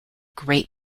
great